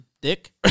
dick